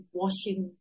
washing